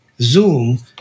Zoom